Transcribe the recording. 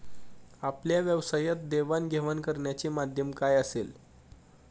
आपल्या व्यवसायात देवाणघेवाण करण्याचे माध्यम काय असेल?